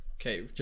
Okay